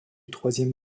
troisième